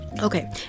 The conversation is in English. okay